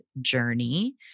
journey